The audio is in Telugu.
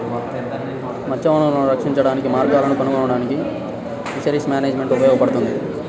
మత్స్య వనరులను రక్షించడానికి మార్గాలను కనుగొనడానికి ఫిషరీస్ మేనేజ్మెంట్ ఉపయోగపడుతుంది